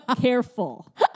careful